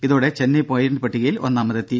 ഇതോടെ ചെന്നൈ പോയിന്റ് പട്ടികയിൽ ഒന്നാമതെത്തി